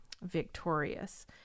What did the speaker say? victorious